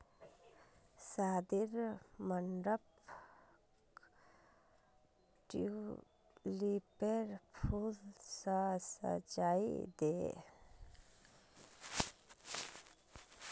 शादीर मंडपक ट्यूलिपेर फूल स सजइ दे